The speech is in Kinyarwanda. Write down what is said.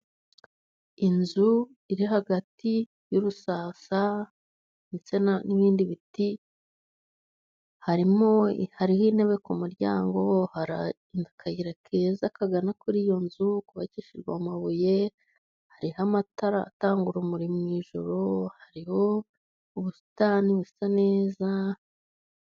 Inzu iri hagati y’urusasa ndetse n’ibindi biti, harimo hariho intebe ku muryango, hari akayira keza kagana kuri iyo nzu, kubakishijwe amabuye. Hariho amatara atanga urumuri mu ijuru, hariho ubusitani busa neza.